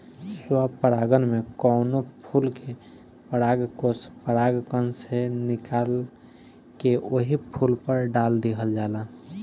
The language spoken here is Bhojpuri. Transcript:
स्व परागण में कवनो फूल के परागकोष परागण से निकाल के ओही फूल पर डाल दिहल जाला